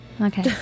Okay